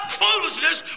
foolishness